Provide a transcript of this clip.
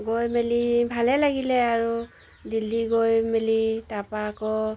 গৈ মেলি ভালেই লাগিলে আৰু দিল্লী গৈ মেলি তাৰপা আকৌ